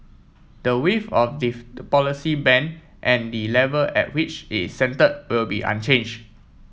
the width of the policy band and the level at which it is centred will be unchanged